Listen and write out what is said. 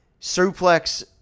suplex